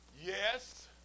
Yes